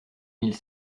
mille